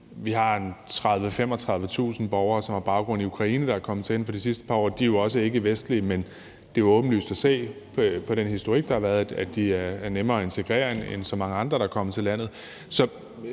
30.000-35.000 borgere, som har baggrund i Ukraine, der er kommet til inden for de sidste par år. De er jo også ikkevestlige, men det er åbenlyst at se på den historik, der har været, at de er nemmere at integrere end så mange andre, der er kommet til landet.